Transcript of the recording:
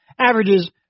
Averages